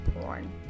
porn